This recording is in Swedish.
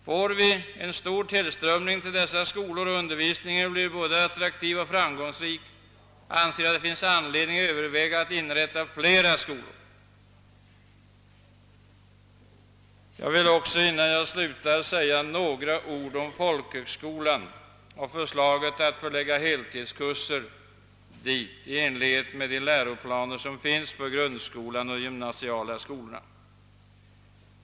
Får vi stor tillströmning till dessa skolor och undervisningen blir både attraktiv och framgångsrik, anser jag att det finns anledning överväga att inrätta flera skolor. Innan jag slutar vill jag säga några ord om folkhögskolan och förslaget att dit förlägga heltidskurser i enlighet med de läroplaner som finns för grundskolan och de gymnasiala skolorna.